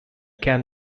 can